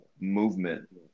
movement